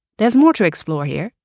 there's more to explore here,